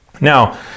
Now